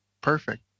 Perfect